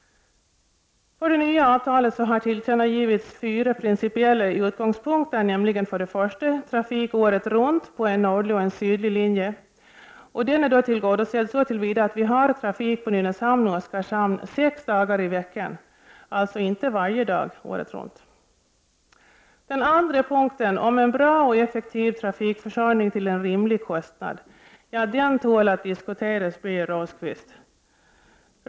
För det nya avtalet har tillkännagivits fyra principiella utgångspunkter, nämligen för det första trafik året runt på en nordlig och en sydlig linje. Den utgångspunkt är tillgodosedd så till vida att vi har trafik på Nynäshamn och Oskarshamn sex dagar i veckan, alltså inte varje dag året runt. Den andra punkten som handlar om en bra och effektiv trafikförsörjning till en rimlig kostnad, ja den tål att diskuteras, Birger Rosqvist.